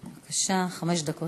בבקשה, חמש דקות